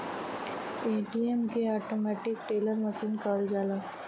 ATM के automatic teller machine कहल जाला